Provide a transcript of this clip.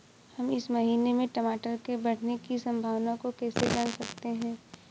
हम इस महीने में टमाटर के बढ़ने की संभावना को कैसे जान सकते हैं?